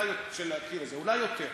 אולי יותר.